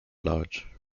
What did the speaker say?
large